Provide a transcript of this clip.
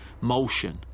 motion